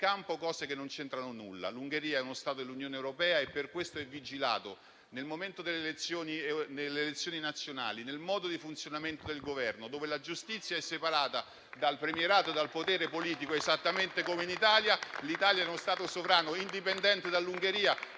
campo cose che non c'entrano nulla. L'Ungheria è uno Stato dell'Unione europea e per questo è vigilato nel momento delle elezioni nazionali, nel modo di funzionamento del Governo, dove la giustizia è separata dal premierato e dal potere politico, esattamente come in Italia. L'Italia è uno Stato sovrano, indipendente dall'Ungheria.